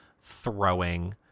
throwing